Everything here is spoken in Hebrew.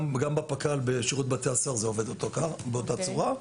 גם בפק"ל בשירות בתי הסוהר זה עובד באותה צורה.